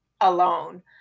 alone